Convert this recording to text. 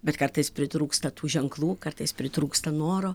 bet kartais pritrūksta tų ženklų kartais pritrūksta noro